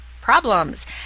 problems